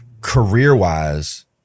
career-wise